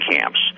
camps